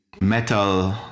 metal